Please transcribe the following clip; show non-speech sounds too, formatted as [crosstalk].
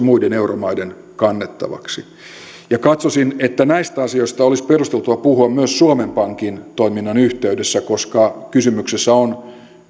[unintelligible] muiden euromaiden kannettavaksi katsoisin että näistä asioista olisi perusteltua puhua myös suomen pankin toiminnan yhteydessä koska kysymyksessä on